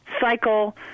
cycle